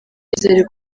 ikizere